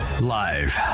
Live